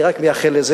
אני רק מייחל לזה.